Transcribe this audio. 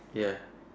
ya